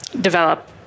develop